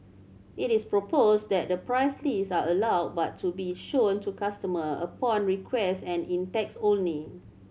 it is proposed that the price lists are allowed but to be shown to customer upon requests and in texts only